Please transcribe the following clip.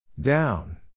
down